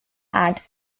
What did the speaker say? and